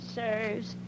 serves